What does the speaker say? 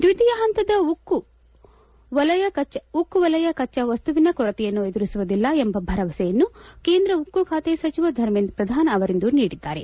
ದ್ವಿತೀಯ ಹಂತದ ಉಕ್ಕು ವಲಯ ಕಚ್ಚಾ ವಸ್ತುವಿನ ಕೊರತೆಯನ್ನು ಎದುರಿಸುವುದಿಲ್ಲ ಎಂಬ ಭರವಸೆಯನ್ನು ಕೇಂದ್ರ ಉಕ್ಕು ಖಾತೆ ಸಚಿವ ಧರ್ಮೇಂದ್ರ ಪ್ರಧಾನ್ ಅವರಿಂದು ನೀಡಿದ್ದಾರೆ